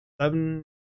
seven